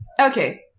Okay